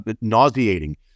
nauseating